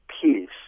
peace